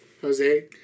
Jose